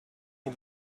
can